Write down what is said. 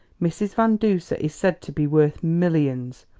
mrs. van duser is said to be worth millions,